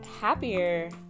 happier